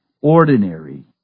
ordinary